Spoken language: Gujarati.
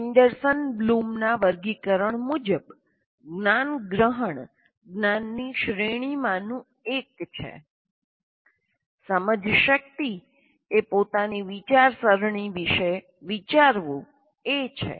એન્ડરસન બ્લૂમનાં વર્ગીકરણ મુજબ જ્ઞાનગ્રહણ જ્ઞાનની શ્રેણીમાંનું એક છે સમજશક્તિ એ પોતાની વિચારસરણી વિશે વિચારવું એ છે જેમ અગાઉ કહ્યું છે